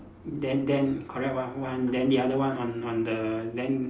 then then correct [what] one then the other one on on the then